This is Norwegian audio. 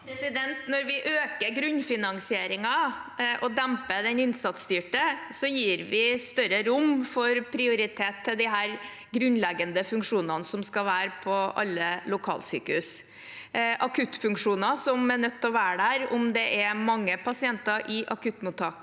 Når vi øker grunnfinansieringen og demper den innsatsstyrte, gir vi større rom for prioritet til disse grunnleggende funksjonene som skal være på alle lokalsykehus – akuttfunksjoner som er nødt til å være der, enten det er mange eller få pasienter i akuttmottaket,